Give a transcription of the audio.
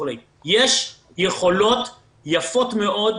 יש יכולות יפות מאוד,